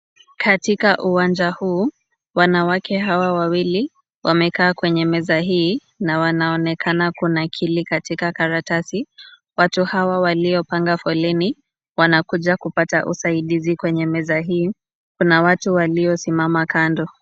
Katika uwanja huu wanawake hawa wawili wamekaa kwenye meza hii na wanaonekana kunakili katika karatasi. Watu hawa waliopanga foleni wanakuja kupata usaidizi kwenye meza hii, kuna watu waliosimama kando.